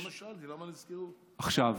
זה מה ששאלתי, למה נזכרו רק עכשיו.